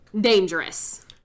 dangerous